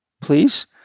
please